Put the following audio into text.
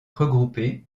regroupés